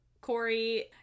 Corey